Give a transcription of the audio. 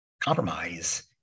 compromise